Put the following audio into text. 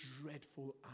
dreadful